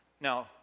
Now